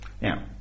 Now